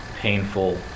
painful